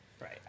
right